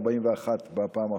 41 בפעם האחרונה.